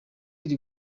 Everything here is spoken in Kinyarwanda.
iri